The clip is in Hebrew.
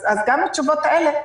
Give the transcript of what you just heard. אז גם התשובות האלה,